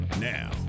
now